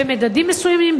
במדדים מסוימים,